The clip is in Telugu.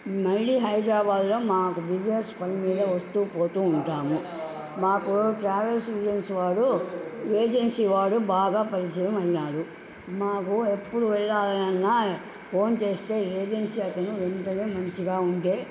మళ్ళీ హైదరాబాద్లో మాకు బిజినెస్ పని మీద వస్తు పోతు ఉంటాము మాకు ట్రావెల్స్ ఏజెన్స్ వాడు ఏజెన్సీ వాడు బాగా పరిచయం అయినాడు మాకు ఎప్పుడు వెళ్ళాలన్నా ఫోన్ చేస్తే ఏజెన్సీ అతను వెంటనే మంచిగా ఉండే